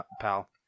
pal